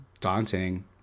daunting